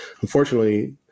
unfortunately